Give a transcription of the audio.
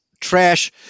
trash